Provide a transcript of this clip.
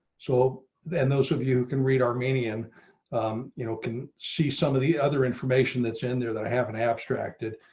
so then, those of you can read armenian you know can see some of the other information that's in there that i haven't abstracted,